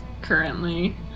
currently